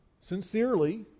sincerely